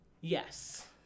yes